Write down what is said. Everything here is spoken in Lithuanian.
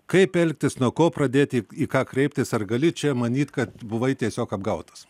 kaip elgtis nuo ko pradėti į ką kreiptis ar gali čia manyt kad buvai tiesiog apgautas